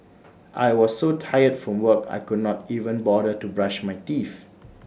I was so tired from work I could not even bother to brush my teeth